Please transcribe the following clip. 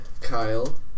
Kyle